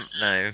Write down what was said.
No